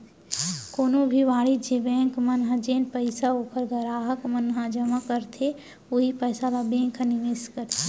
कोनो भी वाणिज्य बेंक मन ह जेन पइसा ओखर गराहक मन ह जमा करथे उहीं पइसा ल बेंक ह निवेस करथे